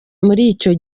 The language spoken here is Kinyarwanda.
icyo